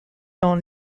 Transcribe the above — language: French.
dans